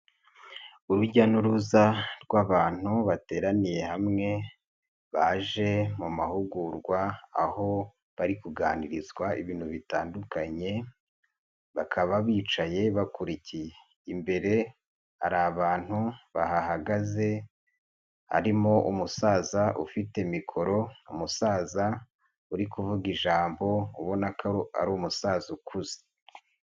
Urujya n'uruza rw'abantu bateraniye hamwe baje mu mahugurwa aho bari kuganirizwa ibintu bitandukanye bakaba bicaye bakurikiye, imbere hari abantu bahagaze harimo umusaza ufite mikoro, umusaza uri kuvuga ijambo, ubona ko ari umusaza ukuze.